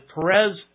Perez